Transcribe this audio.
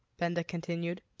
benda continued,